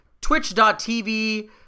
Twitch.tv